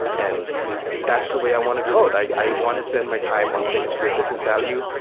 and that's the way i want to code. i want to spend my time on things with business value,